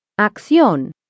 Acción